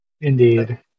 indeed